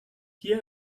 here